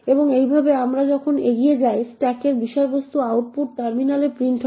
এবং এইভাবে আমরা যখন এগিয়ে যাই স্ট্যাকের বিষয়বস্তু আউটপুট টার্মিনালে প্রিন্ট হয়